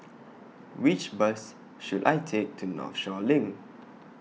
Which Bus should I Take to Northshore LINK